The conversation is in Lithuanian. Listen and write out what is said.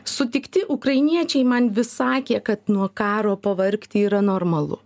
sutikti ukrainiečiai man vis sakė kad nuo karo pavargti yra normalu